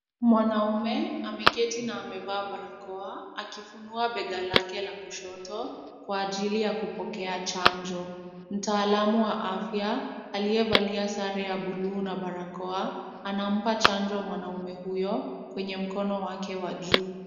Mwanaume ameketi na amevaa barakoa, akifunua bega lake la kushoto, kwa ajili ya kupokea chanjo. Mtaalamu wa afya aliyevalia sare ya blue na barakoa, anampa chanjo mwanaume huyo kwenye mkono wake wa juu.